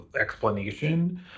explanation